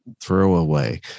Throwaway